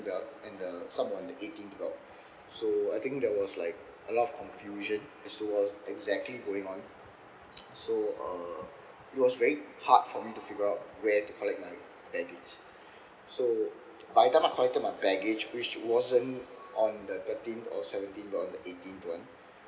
belt and the some on the eighteenth belt so I think there was like a lot of confusion as to uh exactly going on so uh it was very hard for me to figure out where to collect my baggage so by the time I collected my baggage which wasn't on the thirteenth or seventeenth or on the eighteenth one